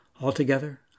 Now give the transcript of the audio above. Altogether